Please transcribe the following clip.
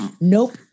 nope